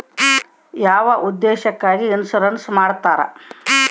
ಯಾವ ಉದ್ದೇಶಕ್ಕಾಗಿ ಇನ್ಸುರೆನ್ಸ್ ಮಾಡ್ತಾರೆ?